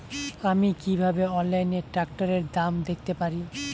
আমি কিভাবে অনলাইনে ট্রাক্টরের দাম দেখতে পারি?